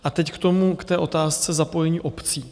A teď k tomu, k té otázce zapojení obcí.